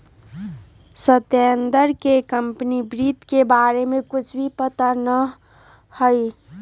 सत्येंद्र के कंपनी वित्त के बारे में कुछ भी पता ना हई